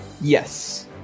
Yes